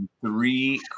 three